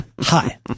Hi